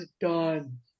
done